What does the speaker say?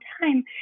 time